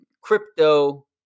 crypto